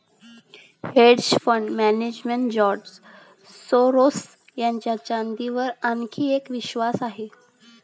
hedge fund manager George Soros यांचा चांदीवर आणखी एक विश्वास आहे